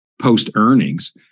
post-earnings